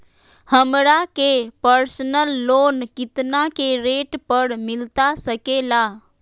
हमरा के personal loan कितना के रेट पर मिलता सके ला?